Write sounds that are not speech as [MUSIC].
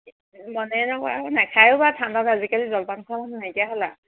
মনে [UNINTELLIGIBLE] নেখায় বা ঠাণ্ডাত আজিকালি জলপান খোৱা [UNINTELLIGIBLE] হ'ল আৰু